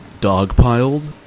dogpiled